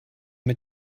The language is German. mit